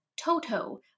Toto